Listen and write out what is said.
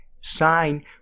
sign